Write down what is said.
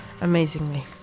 amazingly